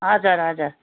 हजुर हजुर